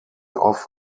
off